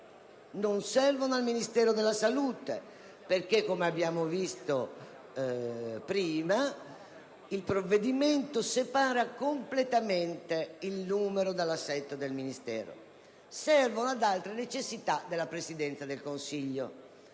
Non servono al Ministero della salute perché, come abbiamo visto in precedenza, il provvedimento separa completamente il numero dei componenti del Governo dall'assetto del Ministero. Servono ad altre necessità della Presidenza del Consiglio.